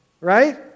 Right